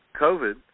COVID